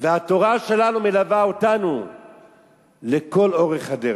והתורה שלנו מלווה אותנו לכל אורך הדרך.